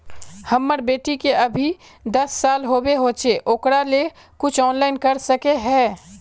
हमर बेटी के अभी दस साल होबे होचे ओकरा ले कुछ ऑनलाइन कर सके है?